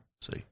See